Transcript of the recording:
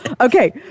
Okay